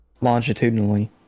longitudinally